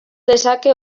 dezake